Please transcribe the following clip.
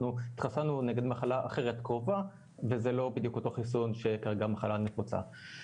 התחסנו נגד מחלה אחרת קרובה וזה לא בדיוק אותו חיסון שכרגע המחלה הנפוצה.